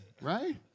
right